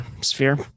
sphere